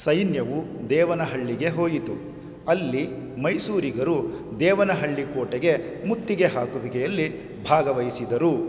ಸೈನ್ಯವು ದೇವನಹಳ್ಳಿಗೆ ಹೋಯಿತು ಅಲ್ಲಿ ಮೈಸೂರಿಗರು ದೇವನಹಳ್ಳಿ ಕೋಟೆಗೆ ಮುತ್ತಿಗೆ ಹಾಕುವಿಕೆಯಲ್ಲಿ ಭಾಗವಹಿಸಿದರು